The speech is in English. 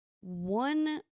One